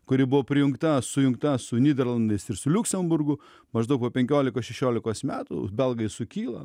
kuri buvo prijungta sujungta su nyderlandais ir su liuksemburgu maždaug po penkiolikos šešiolikos metų belgai sukyla